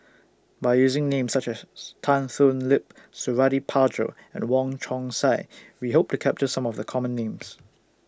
By using Names such as Tan Thoon Lip Suradi Parjo and Wong Chong Sai We Hope to capture Some of The Common Names